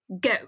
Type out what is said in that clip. go